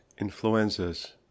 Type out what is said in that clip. Influenzas